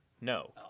No